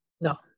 No